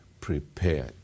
prepared